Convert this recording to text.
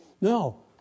No